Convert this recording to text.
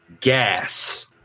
gas